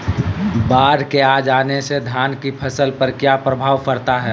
बाढ़ के आ जाने से धान की फसल पर किया प्रभाव पड़ता है?